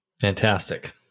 Fantastic